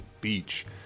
Beach